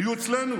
היו אצלנו.